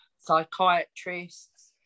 psychiatrists